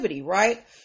right